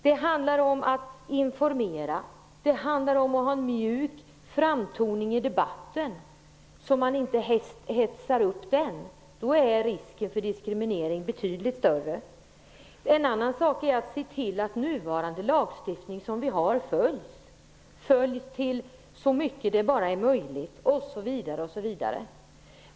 Det handlar om att informera och att ha en mjuk framtoning i debatten, så att man inte hetsar upp den. Då är risken för diskriminering betydligt större. En annan sak är att se till att nuvarande lagstiftning följs så mycket det bara är möjligt, osv.